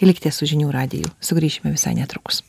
likite su žinių radiju sugrįšime visai netrukus